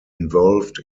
involved